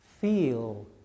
feel